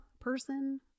person